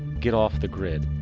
get off the grid.